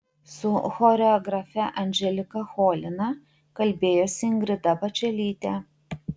su choreografe anželika cholina kalbėjosi ingrida bačelytė